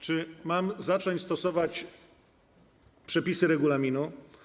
Czy mam zacząć stosować przepisy regulaminu?